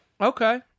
Okay